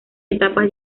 etapas